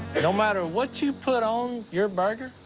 no matter what you put on your burger,